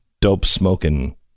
dope-smoking